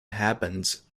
happens